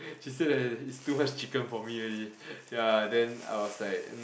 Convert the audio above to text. she said that it's too much chicken for me already ya then I was like